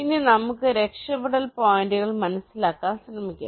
ഇനി നമുക്ക് രക്ഷപ്പെടൽ പോയിന്റുകൾ മനസ്സിലാക്കാൻ ശ്രമിക്കാം